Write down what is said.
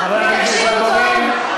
ותקשיבו טוב,